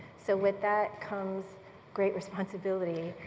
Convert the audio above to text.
so with that comes great responsibility,